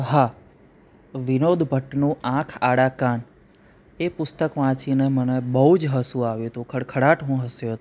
હા વિનોદ ભટ્ટનું આંખ આડા કાન એ પુસ્તક વાંચીને મને બહુ જ હસવું આવ્યું હતું ખળખળાટ હું હસ્યો તો